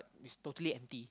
it's totally empty